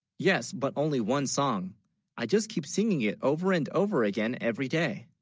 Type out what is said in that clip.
yes but only one song i just keep singing it over and over again, every, day